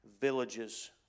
villages